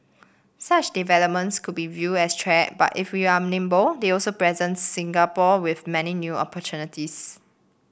such developments could be viewed as threat but if we are nimble they also present Singapore with many new opportunities